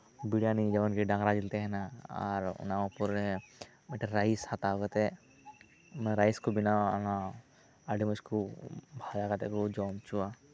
ᱵᱨᱤᱭᱟᱱᱤ ᱡᱮᱢᱚᱱ ᱜᱮ ᱰᱟᱝᱨᱟᱡᱤᱞ ᱛᱟᱦᱮᱱᱟ ᱟᱨ ᱚᱱᱟ ᱩᱯᱚᱨᱮ ᱢᱤᱫᱴᱮᱱ ᱨᱟᱭᱤᱥ ᱦᱟᱛᱟᱣ ᱠᱟᱛᱮᱫ ᱚᱱᱟ ᱨᱟᱭᱤᱥᱠᱚ ᱵᱮᱱᱟᱣᱟ ᱚᱱᱟ ᱟᱹᱰᱤ ᱢᱚᱪᱠᱚ ᱵᱷᱟᱡᱟ ᱠᱟᱟᱛᱮᱫ ᱠᱚ ᱡᱚᱢ ᱩᱪᱩᱣᱟ